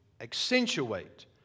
accentuate